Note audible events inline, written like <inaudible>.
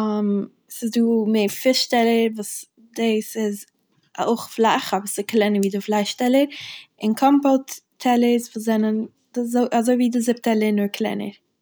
<hesitation> ס'איז דא מער פיש טעלערס וואס דאס איז א- אויך פלאך אבער ס'איז קלענער ווי די פלייש טעלער, און קאמפאוט טעלערס וואס זענען די אזוי ווי די זופ טעלער נאר קלענער.